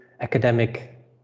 academic